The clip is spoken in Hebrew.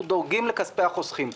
אנחנו דואגים לכספי החוסכים,